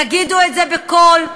תגידו את זה בקול,